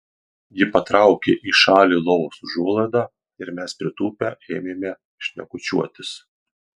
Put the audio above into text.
ji patraukė į šalį lovos užuolaidą ir mes pritūpę ėmėme šnekučiuotis